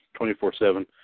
24-7